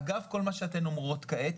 אגב כל מה שאתן אומרות כעת,